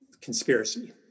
conspiracy